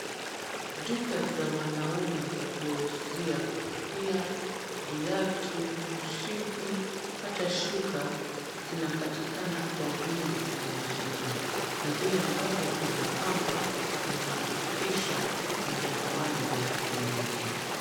Duka za wanaume za kuwauzia kofia, viatu, mshipi hata shuka zinapatikana kwa wingi mjini na vile ambavyo vinapangwa vinahakikisha vijana wale watapendezwa.